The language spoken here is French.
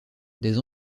des